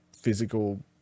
physical